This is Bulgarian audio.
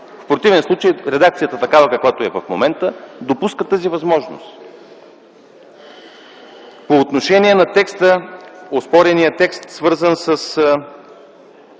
В противен случай редакцията такава, каквато е в момента, допуска такава възможност. По отношение на оспорения текст, свързан с